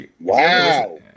wow